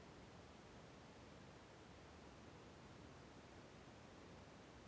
ಸಾವಯವ ಗೊಬ್ಬರ ಮತ್ತು ರಾಸಾಯನಿಕ ಗೊಬ್ಬರಗಳಿಗಿರುವ ವ್ಯತ್ಯಾಸಗಳನ್ನು ತಿಳಿಸಿ?